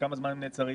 לכמה זמן הם נעצרים?